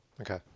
Okay